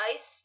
Ice